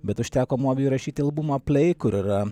bet užteko mobi įrašyti albumą plei kur yra